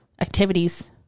activities